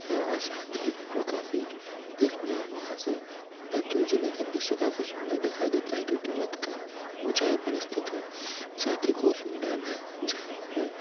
है और साथ ही वो काफ़ी देखने वहाँ से बैतूल जिले का दृश्य काफ़ी सुन्दर दिखाई देता है क्योंकि वत का ऊंचाई पर स्थित है साथ ही कोसमी डैम है जहाँ पर